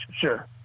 sure